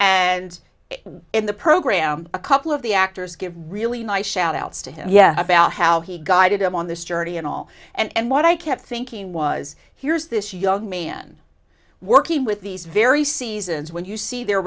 and in the program a couple of the actors give really nice shout outs to him yet about how he guided him on this journey and all and what i kept thinking was here's this young man working with these very seasons when you see their